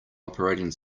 operating